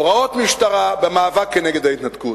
הוראות משטרה, במאבק נגד ההתנתקות,